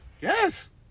Yes